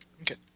Okay